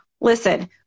listen